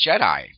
Jedi